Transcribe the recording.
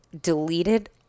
deleted